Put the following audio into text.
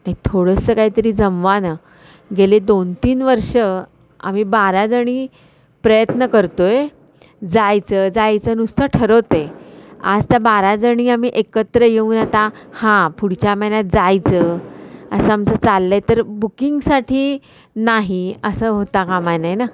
नाही थोडंसं काहीतरी जमवा ना गेले दोन तीन वर्षं आम्ही बाराजणी प्रयत्न करतो आहे जायचं जायचं नुसतं ठरवतो आहे आज त्या बाराजणी आम्ही एकत्र येऊन आता हां पुढच्या महिन्यात जायचं असं आमचं चाललं आहे तर बुकिंगसाठी नाही असं होता कामानये ना